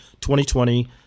2020